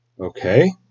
Okay